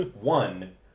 one